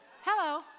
Hello